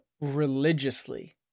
religiously